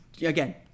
again